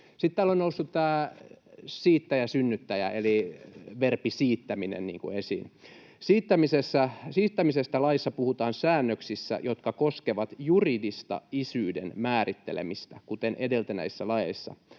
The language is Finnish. Sitten täällä ovat nousseet esiin siittäjä ja synnyttäjä ja verbi ”siittäminen”. Siittämisestä laissa puhutaan säännöksissä, jotka koskevat juridista isyyden määrittelemistä, kuten edeltäneissä laeissa,